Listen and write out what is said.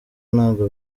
ntabwo